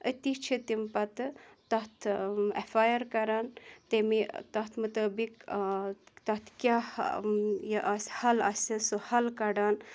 أتی چھِ تِم پَتہٕ تَتھ ایٚف آی آر کَران تیٚمہِ تَتھ مُطٲبق تَتھ کیٛاہ یہِ آسہِ حل آسہِ سُہ حل کَڑان